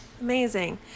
amazing